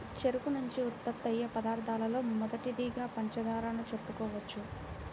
చెరుకు నుంచి ఉత్పత్తయ్యే పదార్థాలలో మొదటిదిగా పంచదారను చెప్పుకోవచ్చు